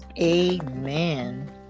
Amen